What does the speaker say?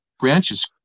branches